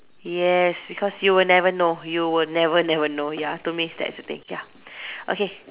yes because you would never know you would never never know ya to me that's the thing ya okay